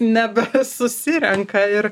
nebesusirenka ir